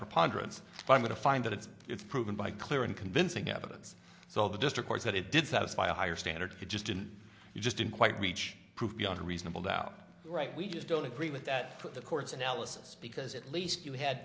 preponderance but i'm going to find that it's it's proven by clear and convincing evidence so the district courts that it did satisfy a higher standard it just didn't you just didn't quite reach proof beyond a reasonable doubt right we just don't agree with that at the court's analysis because at least you had